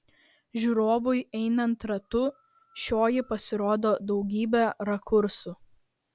žiūrovui einant ratu šioji pasirodo daugybe rakursų